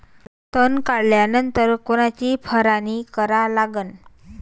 तन काढल्यानंतर कोनची फवारणी करा लागन?